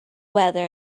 weather